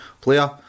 player